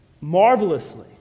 marvelously